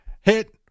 hit